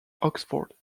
oxford